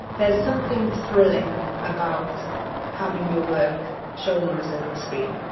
there's something thrilling about having your work shown on a cinema screen.